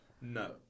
no